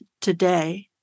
today